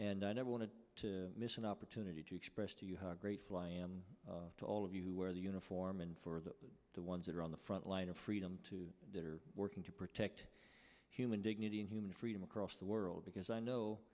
and i never wanted to miss an opportunity to express to you how grateful i am to all of you who wear the uniform and for that the ones that are on the front line of freedom to that are working to protect human dignity and human freedom across the world because i know